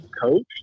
coach